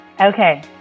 Okay